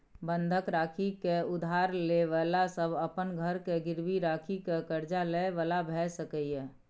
बंधक राखि के उधार ले बला सब अपन घर के गिरवी राखि के कर्जा ले बला भेय सकेए